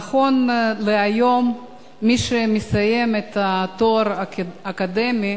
נכון להיום, מי שלומד לתואר אקדמי